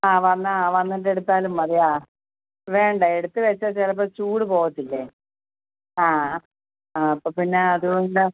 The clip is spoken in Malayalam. ആ വന്നാൽ വന്നിട്ടെടുത്താലും മതി ആ വേണ്ട എടുത്തു വച്ചാൽ ചിലപ്പോൾ ചൂട് പോവത്തില്ലേ ആ ആ ആ അപ്പോൾപ്പിന്നെ അതുകൊണ്ട്